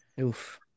Oof